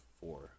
four